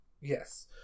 Yes